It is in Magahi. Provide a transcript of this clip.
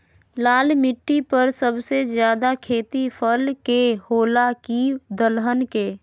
लाल मिट्टी पर सबसे ज्यादा खेती फल के होला की दलहन के?